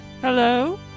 hello